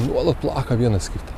nuolat plaka vienas kitą